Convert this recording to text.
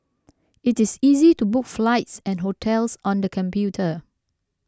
it is easy to book flights and hotels on the computer